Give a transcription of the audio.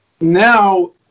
now